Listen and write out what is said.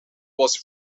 was